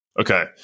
okay